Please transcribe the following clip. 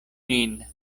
nin